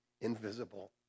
invisible